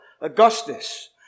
Augustus